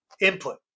input